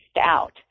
out